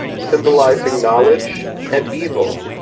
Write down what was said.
symbolizing knowledge and evil,